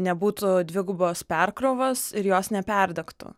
nebūtų dvigubos perkrovos ir jos neperdegtų